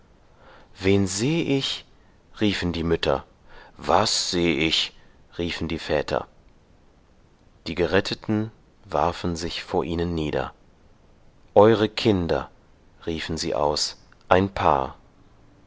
wen seh ich riefen die mütter was seh ich riefen die väter die geretteten warfen sich vor ihnen nieder eure kinder riefen sie aus ein paar